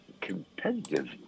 competitive